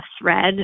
thread